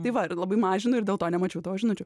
tai va ir labai mažinu ir dėl to nemačiau tavo žinučių